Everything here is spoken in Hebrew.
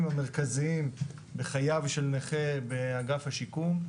המרכזיים בחייו של נכה באגף השיקום,